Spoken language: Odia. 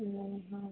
ହଁ